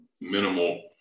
minimal